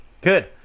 Good